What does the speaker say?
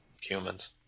humans